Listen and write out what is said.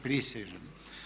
Prisežem.